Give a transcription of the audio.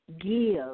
give